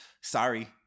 sorry